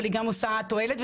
אבל גם מביאה תועלת,